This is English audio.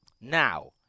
Now